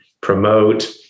promote